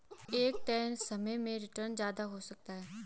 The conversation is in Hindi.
एक तय समय में रीटर्न ज्यादा हो सकता है